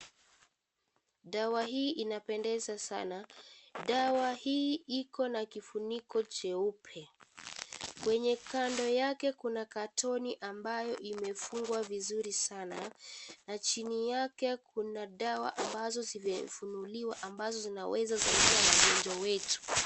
Dawa hii inapendeza sana. Dawa hii iko na kifuniko cheupe, kwenye kando yake kuna katoni ambayo imefungwa vizuri sana na chini yake kuna dawa anbazo zijafunguliwa ambazo zinaweza saidia wagonjwa wetu.